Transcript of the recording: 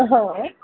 હા